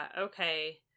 okay